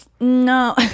No